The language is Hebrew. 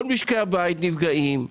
כל משקי הבית נפגעים,